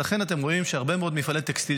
לכן אתם רואים שהרבה מאוד מפעלי טקסטיל